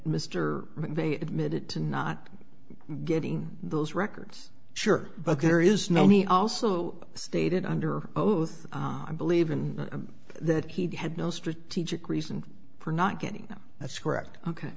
mcveigh admitted to not getting those records sure but there is no he also stated under oath i believe in that he had no strategic reason for not getting them that's correct ok